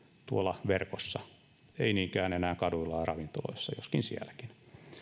tuolla verkossa ei niinkään enää kaduilla ja ravintoloissa joskin sielläkin